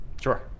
Sure